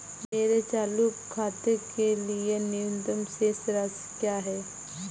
मेरे चालू खाते के लिए न्यूनतम शेष राशि क्या है?